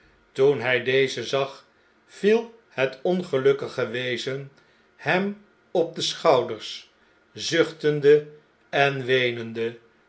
toen hij dezen zag viel het ongelukkige wezen hem op den schouder zuchtende en weenende